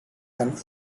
and